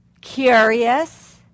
curious